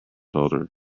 folder